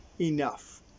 enough